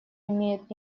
имеет